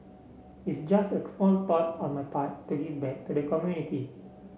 it's just a small thought on my part to give back to the community